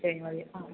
ശരി മതി ആ